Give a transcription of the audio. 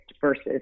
versus